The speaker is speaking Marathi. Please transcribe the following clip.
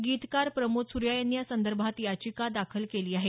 गीतकार प्रमोद सूर्या यांनी यासंदर्भात याचिका दाखल केली आहे